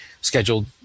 scheduled